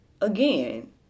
again